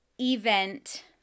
event